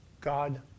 God